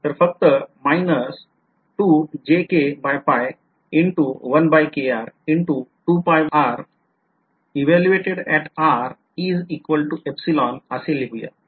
तर आपण फक्त into into evaluated at r is equal to असे लिहूया